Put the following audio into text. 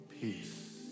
peace